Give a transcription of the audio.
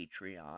Patreon